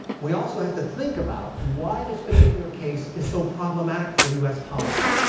we also have to think about why this particular case is so problematic for us policy.